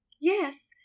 Yes